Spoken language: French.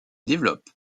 développe